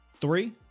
three